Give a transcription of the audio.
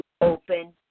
open